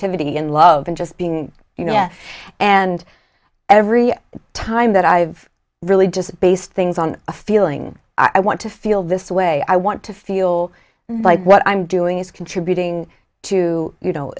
be in love and just being you know and every time that i've really just based things on a feeling i want to feel this way i want to feel like what i'm doing is contributing to you know